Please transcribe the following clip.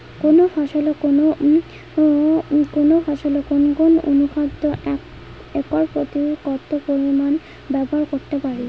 কোন ফসলে কোন কোন অনুখাদ্য একর প্রতি কত পরিমান ব্যবহার করতে পারি?